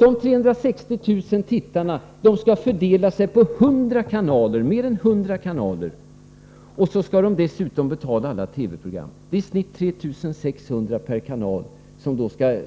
De 360 000 tittarna skall fördela sig på mer än 100 kanaler — och så skall de dessutom betala alla TV-program! Det är i snitt 3 600 per kanal som skall